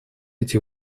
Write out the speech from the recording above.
эти